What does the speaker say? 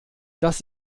das